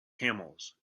camels